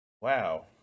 Wow